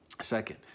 Second